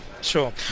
Sure